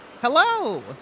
Hello